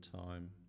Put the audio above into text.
time